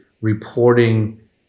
reporting